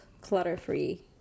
clutter-free